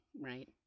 right